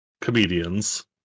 comedians